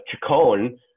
Chacon